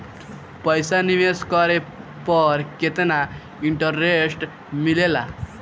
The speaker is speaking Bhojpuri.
पईसा निवेश करे पर केतना इंटरेस्ट मिलेला?